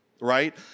right